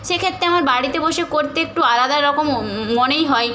সেক্ষেত্রে আমার বাড়িতে বসে করতে একটু আলাদা রকম মনেই হয়